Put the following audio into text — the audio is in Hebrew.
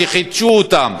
שחידשו אותם